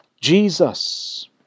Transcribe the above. Jesus